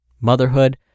motherhood